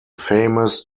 famous